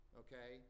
okay